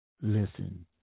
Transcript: Listen